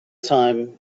time